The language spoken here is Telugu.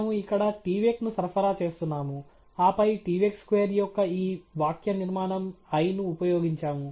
మనము ఇక్కడ tvec ను సరఫరా చేస్తున్నాము ఆపై tvec square యొక్క ఈ వాక్యనిర్మాణం 'I' ను ఉపయోగించాము